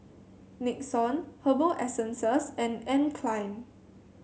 Nixon Herbal Essences and Anne Klein